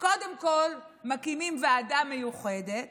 קודם כול מקימים ועדה מיוחדת